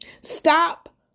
Stop